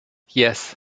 yes